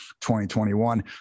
2021